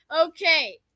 Okay